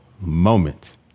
moment